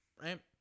right